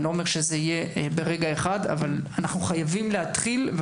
לא אומר שזה יהיה ברגע אחד אבל אנחנו חייבים להתחיל.